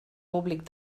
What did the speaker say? públic